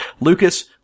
Lucas